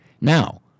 Now